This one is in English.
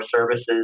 services